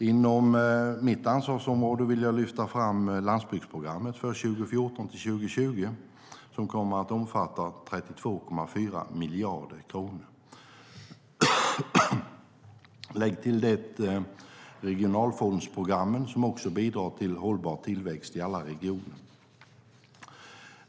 Inom mitt ansvarsområde vill jag lyfta fram landsbygdsprogrammet för perioden 2014-2020, som kommer att omfatta 32,4 miljarder kronor. Lägg till det regionalfondsprogrammen, som också bidrar till hållbar tillväxt i alla regioner.